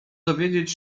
dowiedzieć